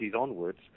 onwards